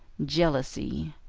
jealousy,